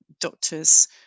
Doctors